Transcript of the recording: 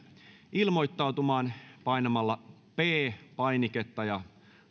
ilmoittautumaan painamalla p painiketta ja